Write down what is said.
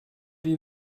die